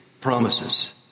promises